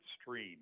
stream